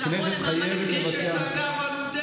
הכנסת חייבת לבצע, זה גם גרוע למעמד